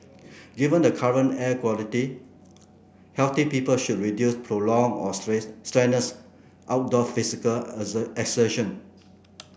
given the current air quality healthy people should reduce prolonged or strenuous outdoor physical exertion